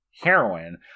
heroin